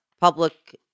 public